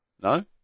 No